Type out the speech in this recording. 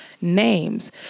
names